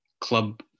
club